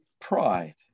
pride